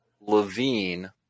Levine